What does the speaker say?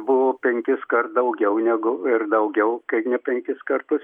buvo penkiskart daugiau negu ir daugiau kai ne penkis kartus